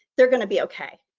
they're gonna be okay.